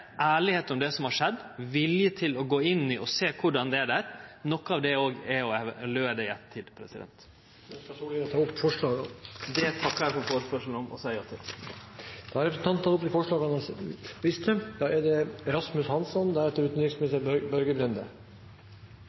om det som har skjedd, vilje til å gå inn i og sjå korleis det er der. Noko av det er òg å evaluere det i ettertid. Ønsker Solhjell å ta opp forslag nr. 4? Ja, det vil eg.